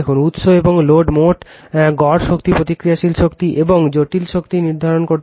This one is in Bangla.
উৎসে এবং লোডে মোট গড় শক্তি প্রতিক্রিয়াশীল শক্তি এবং জটিল শক্তি নির্ধারণ করতে হবে